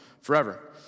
forever